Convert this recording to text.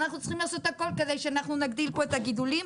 לכן אנחנו צריכים לעשות הכול כדי להגדיל פה את הגידולים.